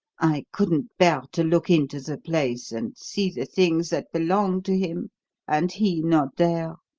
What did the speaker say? i couldn't bear to look into the place and see the things that belonged to him and he not there.